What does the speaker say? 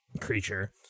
creature